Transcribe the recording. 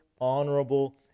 honorable